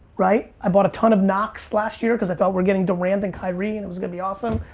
right? i bought a ton of knox last year cause i thought we're getting durant and kyrie and it was gonna be awesome.